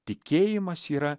tikėjimas yra